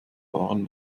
fahren